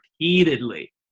repeatedly